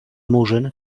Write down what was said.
murzyn